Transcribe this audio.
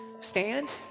stand